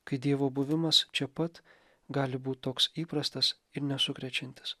kai dievo buvimas čia pat gali būt toks įprastas ir nesukrečiantis